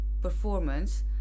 performance